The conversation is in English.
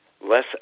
Less